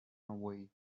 away